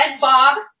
Bob